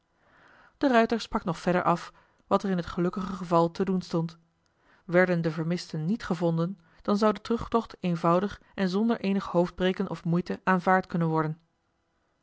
de ruijter sprak nog verder af wat er in het gelukkige geval te doen stond werden de vermisten niet gevonden dan zou de terugtocht eenvoudig en zonder eenig hoofdbreken of moeite aanvaard kunnen worden